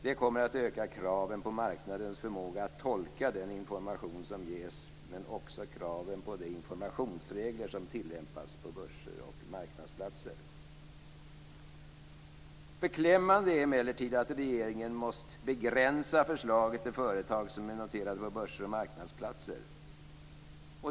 Det kommer att öka kraven på marknadens förmåga att tolka den information som ges, men också kraven på de informationsregler som tillämpas på börser och marknadsplatser. Beklämmande är emellertid att regeringen måst begränsa förslaget till företag som är noterade på börser och marknadsplatser.